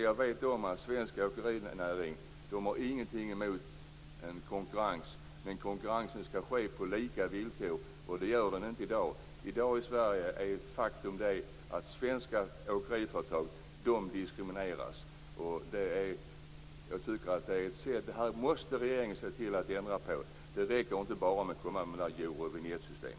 Jag vet att svensk åkerinäring inte har något emot konkurrens, men konkurrensen skall ske på lika villkor. Och det gör den inte i dag. I dag är det ett faktum att svenska åkeriföretag diskrimineras. Detta måste regeringen ändra. Det räcker inte att bara komma med